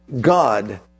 God